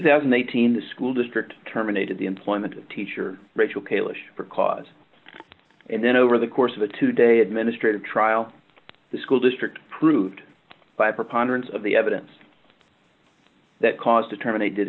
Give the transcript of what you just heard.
thousand and eighteen the school district terminated the employment of teacher rachel kailash for cause and then over the course of a two day administrative trial the school district proved by preponderance of the evidence that cause to terminate did